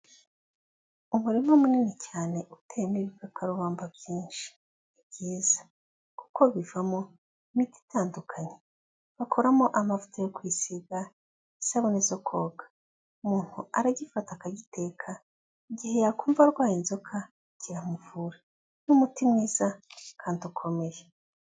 Umurima munini cyane uteyemo ibikarubamba byinshi, ni byiza kuko bivamo imiti itandukanye bakoramo amavuta yo kwisiga, isabune zo koga, umuntu aragifata akagiteka, igihe yakumva arwaye inzoka kiramuvura, ni umuti mwiza kandi ukomeye.